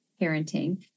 parenting